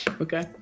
Okay